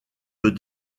des